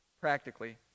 Practically